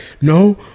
no